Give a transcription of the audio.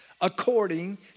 according